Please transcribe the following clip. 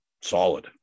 Solid